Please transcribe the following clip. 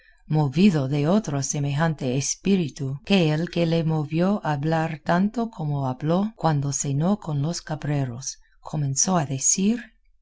movido de otro semejante espíritu que el que le movió a hablar tanto como habló cuando cenó con los cabreros comenzó a decir